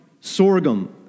Sorghum